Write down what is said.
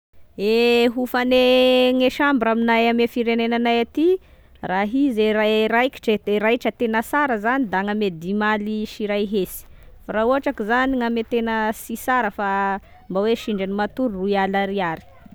E hofane gne chambre aminay ame firenenanay aty, raha izy raikitra e, de raitra tena sara zany da agny ame dimy aly sy ray hesy, fa raha ohatra ko zany gna ame tena sy sara fa mba hoe sendra ny matory roy alina ariary